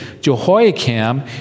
Jehoiakim